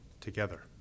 together